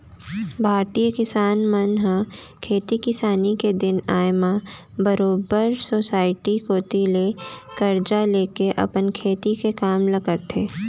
भारतीय किसान मन ह खेती किसानी के दिन आय म बरोबर सोसाइटी कोती ले करजा लेके अपन खेती के काम ल करथे